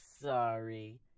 sorry